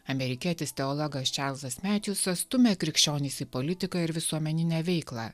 amerikietis teologas čarlzas metjusas stūmė krikščionis į politiką ir visuomeninę veiklą